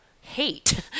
hate